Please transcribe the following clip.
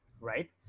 right